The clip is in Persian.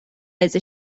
سایز